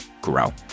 grow